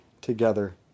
together